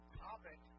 topic